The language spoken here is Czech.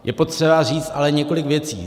Je potřeba říct ale několik věcí.